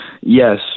yes